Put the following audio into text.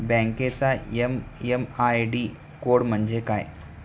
बँकेचा MM ID code म्हणजे काय?